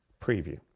preview